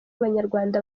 banyarwanda